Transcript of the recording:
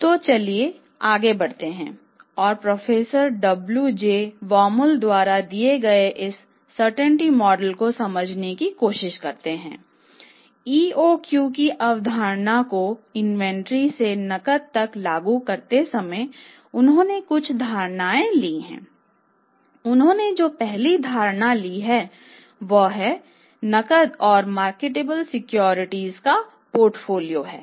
तो चलिए हम आगे बढ़ते हैं और प्रोफेसर WJBaumol द्वारा दिए गए इस सर्टेनिटी मॉडल का पोर्टफोलियो है